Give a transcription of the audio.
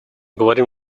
говорим